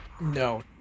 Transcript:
No